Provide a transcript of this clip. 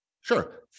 Sure